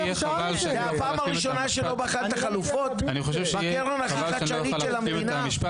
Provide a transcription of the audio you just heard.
זו הפעם הראשונה שלא בחנת חלופות בקרן החדשנית של המדינה?